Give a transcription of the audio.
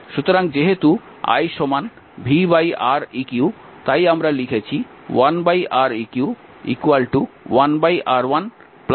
সুতরাং যেহেতু i v Req তাই আমরা লিখেছি 1Req 1R1 1R2